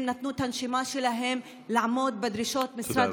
הם נתנו את הנשמה שלהם לעמוד בדרישות משרד